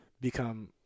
become